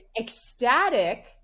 ecstatic